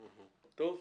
טוב.